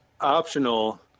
optional